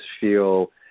feel